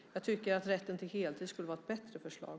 Rätten till heltid skulle vara ett bättre förslag.